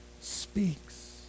speaks